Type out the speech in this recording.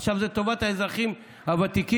עכשיו זה טובת האזרחים הוותיקים,